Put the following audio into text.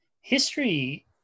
History